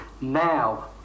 Now